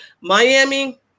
Miami